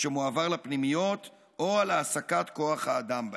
שמועבר לפנימיות או על העסקת כוח האדם בהן".